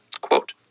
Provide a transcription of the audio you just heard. quote